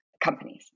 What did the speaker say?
companies